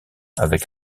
avec